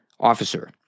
officer